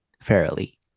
fairly